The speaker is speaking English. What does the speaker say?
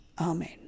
Amen